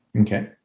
Okay